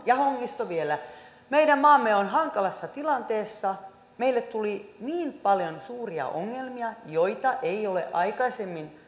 ja hongisto vielä että meidän maamme on hankalassa tilanteessa meille tuli niin paljon suuria ongelmia joita ei ole aikaisemmin